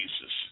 Jesus